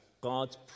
God's